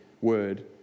word